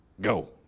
Go